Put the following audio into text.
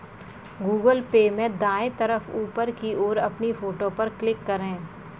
Google Pay में दाएं तरफ ऊपर की ओर अपनी फोटो पर क्लिक करें